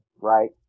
right